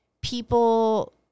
people